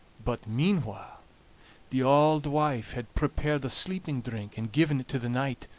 but meanwhile the auld wife had prepared a sleeping-drink, and given it to the knight,